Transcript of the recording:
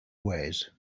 ways